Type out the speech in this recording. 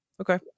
Okay